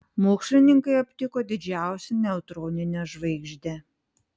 mokslininkai aptiko didžiausią neutroninę žvaigždę